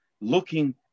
Looking